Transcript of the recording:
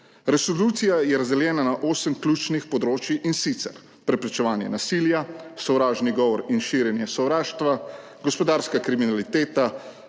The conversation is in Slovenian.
Resolucija je razdeljena na osem ključnih področij, in sicer na preprečevanje nasilja, sovražni govor in širjenje sovraštva, gospodarsko kriminaliteto,